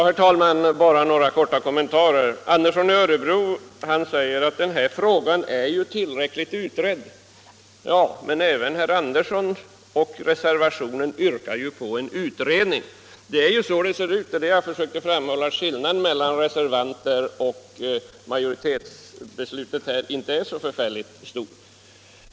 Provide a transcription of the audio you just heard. Herr talman! Bara några korta kommentarer. Herr Andersson i Örebro säger att den här frågan är tillräckligt utredd. Men även herr Andersson och hans medreservanter yrkar ju på en utredning. Som jag tidigare försökt framhålla är det alltså inte så förfärligt stor skillnad mellan utskottsmajoritetens och reservanternas ställningstagande.